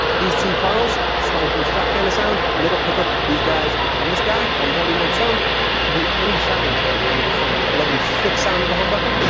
these two coils spanky strat kind of sound. middle pickup these guys and this guy one volume on tone you could do any sound under the sun you got lovely thick sound with the humbucker